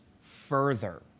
further